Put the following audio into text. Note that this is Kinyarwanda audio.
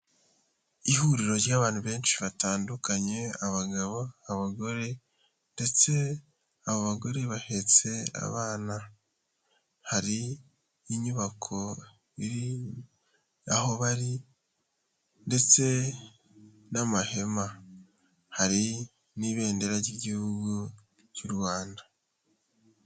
Ihuriro ry'abantu benshi batandukanye, abagabo, abagore ndetse abo bagore bahetse abana, hari inyubako iri aho bari ndetse n'amahema, hari n'ibendera ry'Igihugu cy'u Rwanda.